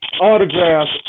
autographs